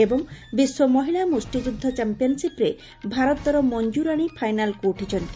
ଏବଂ ବିଶ୍ୱ ମହିଳା ମୁଷ୍ଠିଯୁଦ୍ଧ ଚାମ୍ପିୟନ୍ସିପ୍ରେ ଭାରତର ମଞ୍ଜୁରାଣୀ ଫାଇନାଲ୍କୁ ଉଠିଛନ୍ତି